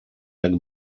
jak